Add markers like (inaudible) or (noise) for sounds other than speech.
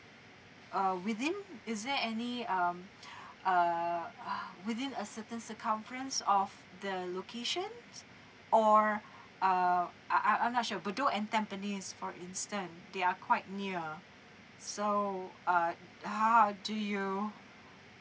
uh within is there any um err (breath) within a certain circumference of the locations or uh I I I'm not sure bedok and tampines for instance they are quite near so uh how do you